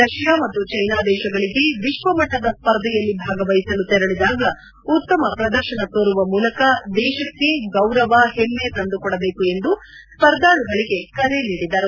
Russia ಮತ್ತು China ದೇಶಗಳಿಗೆ ವಿಶ್ವಮಟ್ಟದ ಸ್ಪರ್ಧೆಯಲ್ಲಿ ಭಾಗವಹಿಸಲು ತೆರಳಿದಾಗ ಉತ್ತಮ ಪ್ರದರ್ಶನ ತೋರುವ ಮೂಲಕ ದೇಶಕ್ಕೆ ಗೌರವ ಹೆಮ್ಮೆ ತಂದುಕೊಡಬೇಕು ಎಂದು ಸ್ಪರ್ಧಾರುಗಳಿಗೆ ಕರೆ ನೀಡಿದರು